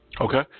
Okay